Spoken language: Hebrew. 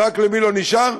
ורק למי לא נשאר?